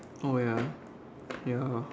oh ya ya